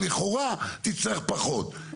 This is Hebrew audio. לכאורה תצטרך פחות.